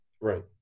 Right